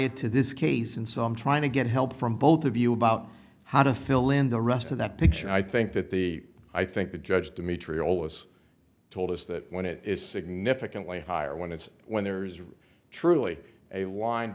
it to this case and so i'm trying to get help from both of you about how to fill in the rest of that picture i think that the i think the judge dmitri ola's told us that when it is significantly higher when it's when there is really truly a wind